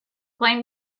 plane